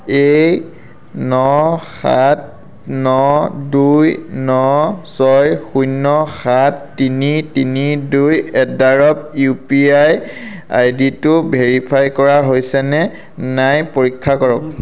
এই ন সাত ন দুই ন ছয় শূন্য সাত তিনি তিনি দুই at the rate U P I I ডিটো ভেৰিফাই কৰা হৈছেনে নাই পৰীক্ষা কৰক